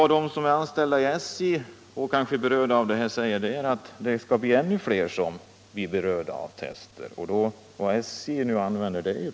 De som är anställda inom SJ och är berörda av det här säger att det kom mer att gälla ännu fler. SJ anlitar PA-rådet för denna verksamhet.